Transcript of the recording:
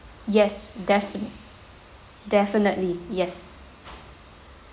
yes definite definitely yes